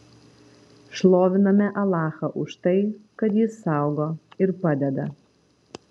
šloviname alachą už tai kad jis saugo ir padeda